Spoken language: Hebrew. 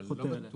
אבל לא בטוח,